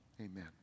amen